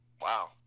wow